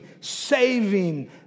saving